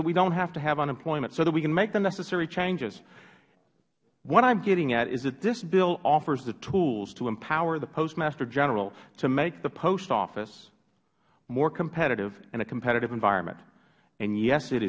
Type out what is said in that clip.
that we dont have to have unemployment so that we can make the necessary changes what i am getting at is that this bill offers the tools to empower the postmaster general to make the post office more competitive in a competitive environment and yes it